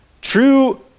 true